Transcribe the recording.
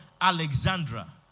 Alexandra